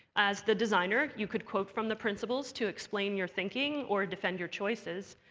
as the designer, you could quote from the principles to explain your thinking or defend your choices.